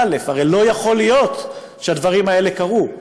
הרי לא יכול להיות שהדברים האלה קרו,